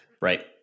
Right